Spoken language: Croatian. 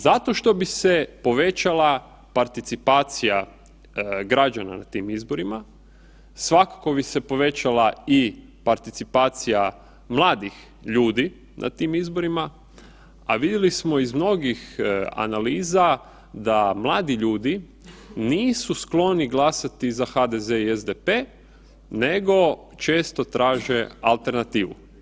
Zato što bi se povećala participacija građana na tim izborima, svakako bi se povećala i participacija mladih ljudi na tim izborima, a vidjeli smo iz mnogih analiza da mladi ljudi nisu skloni glasati za HDZ i SDP nego često traže i alternativu.